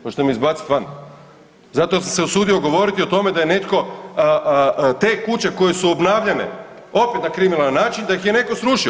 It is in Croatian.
Hoćete me izbaciti van zato jer sam se usudio govoriti o tome da je netko te kuće koje su obnavljane opet na kriminalan način da ih je netko srušio?